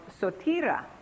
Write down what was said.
Sotira